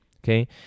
Okay